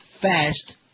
Fast